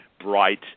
bright